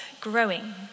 growing